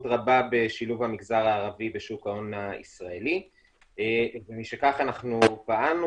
רבה בשילוב המגזר הערבי בשוק ההון הישראלי ומשכך אנחנו פעלנו